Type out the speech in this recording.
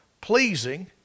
pleasing